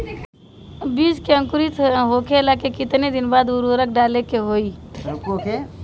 बिज के अंकुरित होखेला के कितना दिन बाद उर्वरक डाले के होखि?